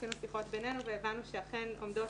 עשינו שיחות בינינו והבנו שאכן עומדות